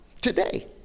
today